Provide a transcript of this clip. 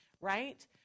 right